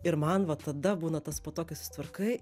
ir man va tada būna tas po to kai susitvarkai